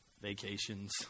vacations